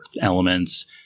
elements